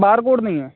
बार code नहीं है